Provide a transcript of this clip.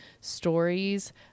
stories